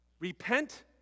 Repent